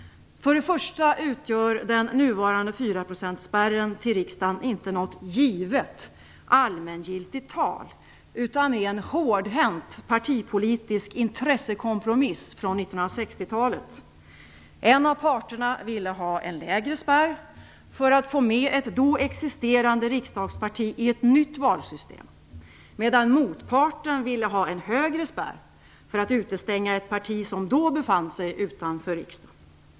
För det första utgör den nuvarande fyraprocentsspärren till riksdagen inte något givet allmängiltigt tal, utan är en hårdhänt partipolitisk intressekompromiss från 1960-talet. En av parterna ville ha en lägre spärr för att få med ett då existerande riksdagsparti i ett nytt valsystem medan motparten ville ha en högre spärr för att utestänga ett parti som då befann sig utanför riksdagen.